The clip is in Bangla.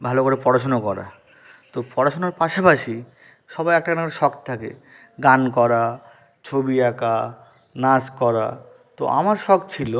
ভালো করে পড়াশুনো করা তো পড়াশুনার পাশাপাশি সবাইর একটা এরম শখ থাকে গান করা ছবি আঁকা নাচ করা তো আমার শখ ছিলো